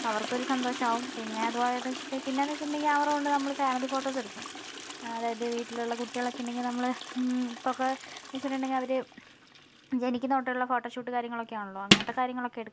അവർക്കൊരു സന്തോഷമാവും പിന്നെ അതുപോലെയെന്നു വച്ചിട്ടുണ്ടെങ്കിൽ പിന്നെയെന്നു വച്ചിട്ടുണ്ടെങ്കിൽ ക്യാമറകൊണ്ട് നമ്മൾ ഫാമിലി ഫോട്ടോസ് എടുക്കും അതായത് വീട്ടിലുള്ള കുട്ടികളൊക്കെ ഉണ്ടെങ്കിൽ നമ്മൾ ഇപ്പോഴൊക്കെ എന്നു വച്ചിട്ടുണ്ടെങ്കിൽ അവർ ജനിക്കുന്ന തൊട്ടുള്ള ഫോട്ടോഷൂട്ട് കാര്യങ്ങളൊക്കെ ആണല്ലോ അങ്ങനത്തെ കാര്യങ്ങളൊക്കെ എടുക്കും